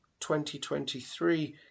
2023